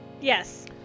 Yes